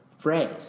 phrase